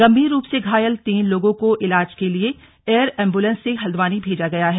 गंभीर रूप से घायल तीन लोगों को इलाज के लिए एयर एंबुलेंस से हल्द्वानी भेजा गया है